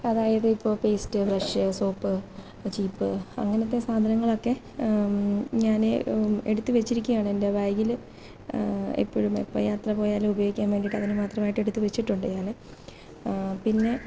അതായത് ഇപ്പോ paste brush soap ചീപ്പ് അങ്ങനത്തെ സാധനങ്ങളൊക്കെ ഞാൻ എടുത്തു വെച്ചിരിക്കുകയാണ് എൻ്റെ ബാഗിൽ എപ്പോഴും എപ്പം യാത്ര പോയാലും ഉപയോഗിക്കാൻ വേണ്ടിയിട്ടു അതിനു മാത്രമായിട്ട് ഞാൻ എടുത്തുവെച്ചിട്ടുണ്ട് ഞാൻ പിന്നെ